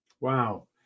wow